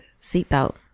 seatbelt